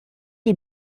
die